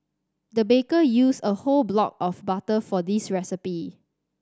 the baker used a whole block of butter for this recipe